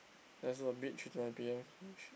there's a bit three to nine P_M